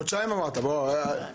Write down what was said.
אמרת חודשיים.